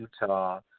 Utah